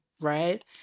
right